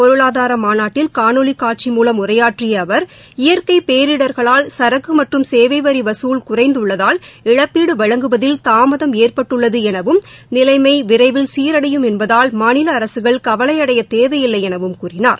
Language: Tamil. பொருளாாதார மாநாட்டில் காணொலி காட்சி மூலம் உரையாற்றிய அவர் இயற்கை பேரிடர்களால் சரக்கு மற்றும் சேவை வரி வசூல் குறைந்துள்ளதால் இழப்பீடு வழங்குவதில் தாமதம் ஏற்பட்டுள்ளது எனவும் நிலைமை விரைவில் சீரடையும் என்பதால் மாநில அரசுகள் கவலை அடைய தேவையில்லை எனவும் கூறினார்